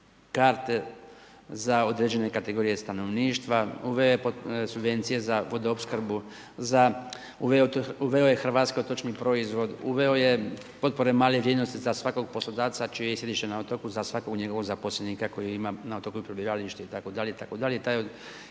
karte za određene kategorije stanovništva, uveo je subvencije za vodoopskrbu, uveo je hrvatski otočni proizvod, uveo je potpore male vrijednosti za svakog poslodavca čije je središte na otoku, za svakog njegovog zaposlenika koji ima na otoku i prebivalište itd,